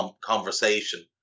conversation